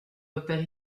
repères